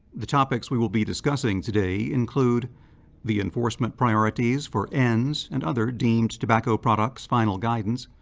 the topics we will be discussing today include the enforcement priorities for ends and other deemed tobacco products final guidance,